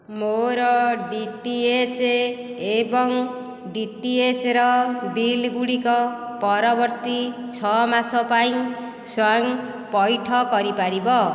ମୋ'ର ଡିଟିଏଚ୍ ଏବଂ ଡିଟିଏଚ୍ର ବିଲଗୁଡ଼ିକ ପରବର୍ତ୍ତୀ ଛଅ ମାସ ପାଇଁ ସ୍ଵୟଂ ପଇଠ କରିପାରିବ